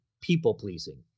people-pleasing